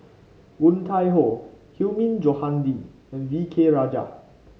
Woon Tai Ho Hilmi Johandi and V K Rajah